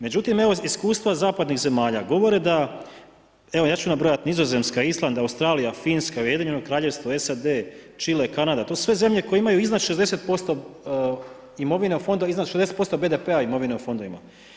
Međutim evo iskustva zapadnih zemalja govore da evo ja ću nabrojati Nizozemska, Island, Australija, Finska, UK, SAD, Čile, Kanada to su sve zemlje koje imaju iznad 60% imovine fonda, iznad 60% BDP-a imovine u fondovima.